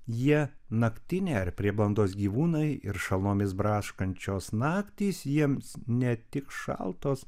jie naktiniai ar prieblandos gyvūnai ir šalnomis braškančios naktys jiems ne tik šaltos